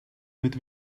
mit